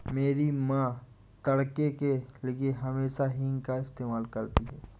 मेरी मां तड़के के लिए हमेशा हींग का इस्तेमाल करती हैं